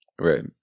Right